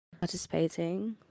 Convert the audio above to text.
participating